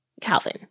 Calvin